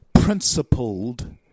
principled